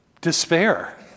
despair